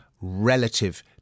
relative